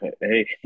Hey